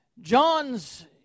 John's